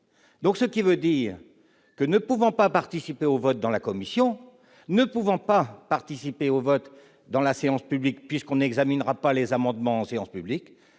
donc ce qui veut dire que, ne pouvant pas participer au vote dans la commission ne pouvant pas participer au vote dans la séance publique puisqu'on n'examinera pas les amendements en séance publique